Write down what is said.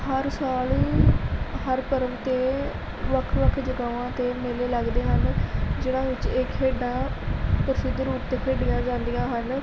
ਹਰ ਸਾਲ ਹਰ ਧਰਮ 'ਤੇ ਵੱਖ ਵੱਖ ਜਗ੍ਹਾਵਾਂ 'ਤੇ ਮੇਲੇ ਲੱਗਦੇ ਹਨ ਜਿਨ੍ਹਾਂ ਵਿੱਚ ਇਹ ਖੇਡਾਂ ਪ੍ਰਸਿੱਧ ਰੂਪ 'ਤੇ ਖੇਡੀਆਂ ਜਾਂਦੀਆਂ ਹਨ